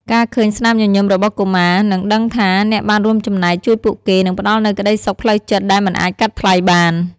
ការឃើញស្នាមញញឹមរបស់កុមារ និងដឹងថាអ្នកបានរួមចំណែកជួយពួកគេ នឹងផ្ដល់នូវក្ដីសុខផ្លូវចិត្តដែលមិនអាចកាត់ថ្លៃបាន។